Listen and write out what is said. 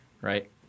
Right